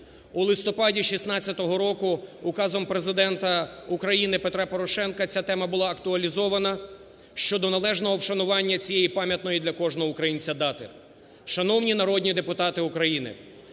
У листопаді 2016 року указом Президента України Петра Порошенка ця тема була актуалізована щодо належного вшанування цієї пам'ятної для кожного українця дати. Шановні народні депутати України,